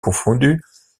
confondues